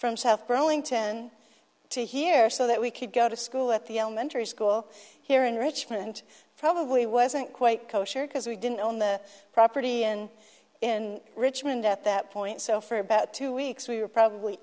from south burlington to here so that we could go to school at the elementary school here in richmond probably wasn't quite kosher because we do on the property and in richmond at that point so for about two weeks we're probably